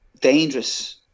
dangerous